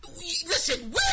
Listen